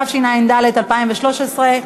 התשע"ד 2013,